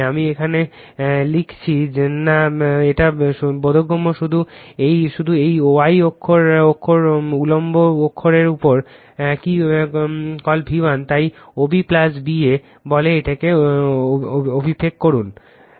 আমি এখানে লিখছি না এটা বোধগম্য শুধু এই y অক্ষের উল্লম্ব অক্ষের উপর কি কল V1 তাই OB BA বলে এটিকে অভিক্ষেপ করুন